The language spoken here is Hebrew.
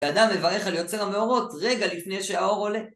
האדם מברך על יוצר המאורות רגע לפני שהאור עולה